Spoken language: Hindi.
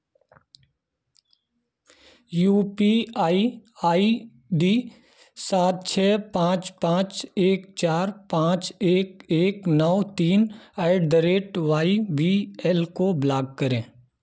you P I I D सात छः पाँच पाँच एक चार पाँच एक एक नौ तीन at the rate Y B L को ब्लाक करें